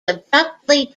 abruptly